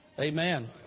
Amen